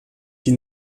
die